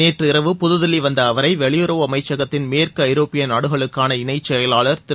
நேற்று இரவு புதுதில்லி வந்த அவரை வெளியுறவு அமைச்சகத்தின் மேற்கு ஐரோப்பிய நாடுகளுக்கான இணைச் செயலாளர் திரு